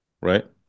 right